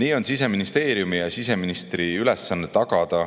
Nii on Siseministeeriumi ja siseministri ülesanne tagada,